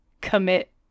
commit